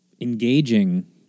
engaging